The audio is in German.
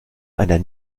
einer